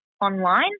online